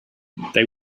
they